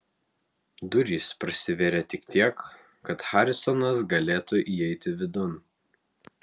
durys prasivėrė tik tiek kad harisonas galėtų įeiti vidun